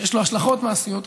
שיש לו השלכות מעשיות רבות.